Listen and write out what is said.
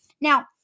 Now